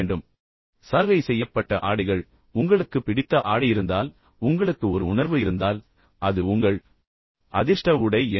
எனவே சலவை செய்யப்பட்ட ஆடைகள் உங்களுக்கு பிடித்த ஆடை இருந்தால் உங்களுக்கு ஒரு உணர்வு இருந்தால் அது உங்கள் அதிர்ஷ்ட உடை என்று